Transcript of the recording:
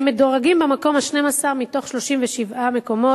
הם מדורגים במקום ה-12 מתוך 37 מקומות,